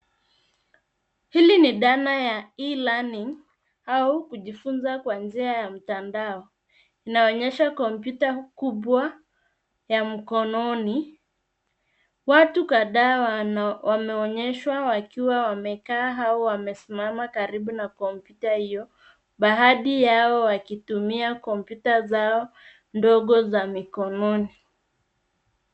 Hili ni dhana ya e learning au kujifunza kwa njia ya mtandao inaonyesha kompyuta kubwa ya mkononi watu kadhaa wameonyeshwa wakiwa wamekaa au wamesimama karibu na kompyuta hiyo. Baadhi yao wakitumia zao ndogo za mikononi.